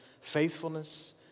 faithfulness